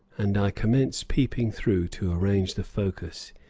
and i commence peeping through to arrange the focus,